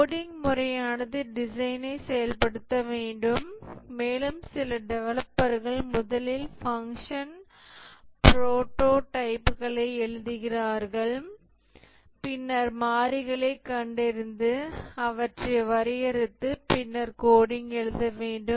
coding முறையானது டிசைனை செயல்படுத்த வேண்டும் மேலும் சில டெவலப்பர்கள் முதலில் ஃபங்க்ஷன் புரோடோடைப்களை எழுதுகிறார்கள் பின்னர் மாறிகளைக் கண்டறிந்து அவற்றை வரையறுத்து பின்னர் கோடிங் எழுத வேண்டும்